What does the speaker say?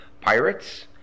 pirates